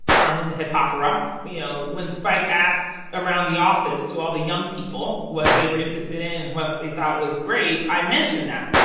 carmen the hip hopera. you know, when spike asked around the office to all the young people what they were interested in and what they thought was great, i mentioned that.